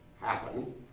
happen